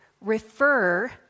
refer